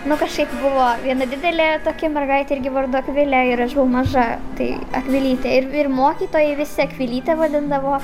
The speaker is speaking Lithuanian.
nu kažkaip buvo viena didelė tokia mergaitė irgi vardu akvilė ir aš buvau maža tai akvilytė ir ir mokytojai visi akvilyte vadindavo